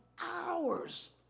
hours